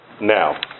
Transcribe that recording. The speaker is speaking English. now